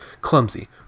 clumsy